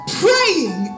praying